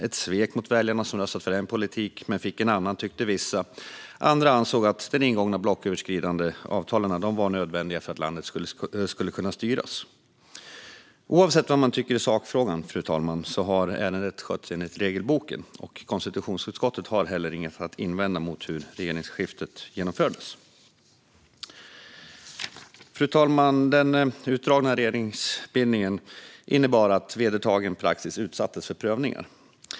Ett svek mot väljarna som röstat för en politik men fick en annan, tyckte vissa; andra ansåg att de ingångna blocköverskridande avtalen var nödvändiga för att landet skulle kunna styras. Oavsett vad man tycker i sakfrågan har ärendet skötts enligt regelboken. Konstitutionsutskottet har heller inget att invända mot hur regeringsskiftet genomfördes. Fru talman! Den utdragna regeringsbildningen innebar att vedertagen praxis utsattes för prövningar.